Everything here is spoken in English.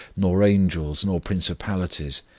nor angels, nor principalities,